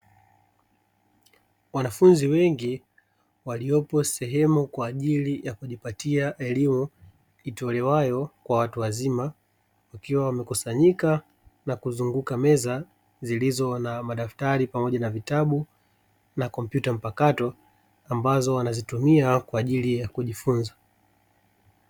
Wanafunzi wengi waliopo sehemu kwa ajili ya kujipatia elimu itolewayo kwa watu wazima, wakiwa wamekusanyika na kuzunguka meza zilizo na madaftari pamoja na vitabu na kompyuta mpakato ambazo wanazitumia kwa ajili ya kujifunza.